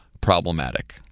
problematic